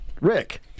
Rick